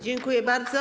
Dziękuję bardzo.